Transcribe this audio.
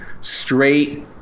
straight